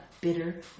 bitter